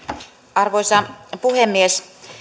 arvoisa puhemies